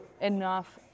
enough